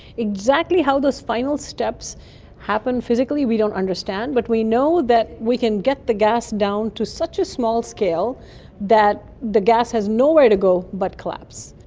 exactly how these final steps happened physically we don't understand, but we know that we can get the gas down to such a small scale that the gas has nowhere to go but collapse.